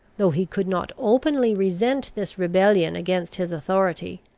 though he could not openly resent this rebellion against his authority,